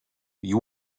you